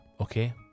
okay